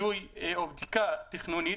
אובייקטיביים